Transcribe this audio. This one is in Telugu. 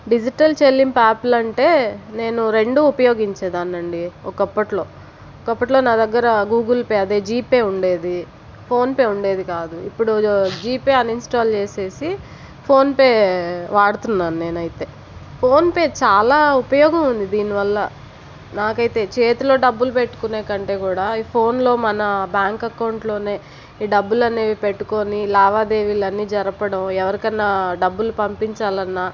డిజిటల్ చెల్లింపు యాప్లంటే నేను రెండు ఉపయోగించే దాన్ని అండి ఒకప్పటిలో ఒకప్పటిలో నా దగ్గర గూగుల్పే అదే జిపే ఉండేది ఫోన్పే ఉండేది కాదు ఇప్పుడు జిపే అన్ఇన్స్టాల్ చేసేసి ఫోన్పే వాడుతున్నాను నేనయితే ఫోన్పే చాలా ఉపయోగం ఉంది దీని వల్ల నాకైతే చేతిలో డబ్బులు పెట్టుకునే కంటే కూడా ఈ ఫోన్లో మన బ్యాంక్ అకౌంట్లోనే డబ్బులు అనేవి పెట్టుకొని లావాదేవీలన్నీ జరపడం ఎవరికన్నా డబ్బులు పంపించాలన్న